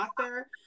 author